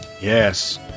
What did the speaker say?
Yes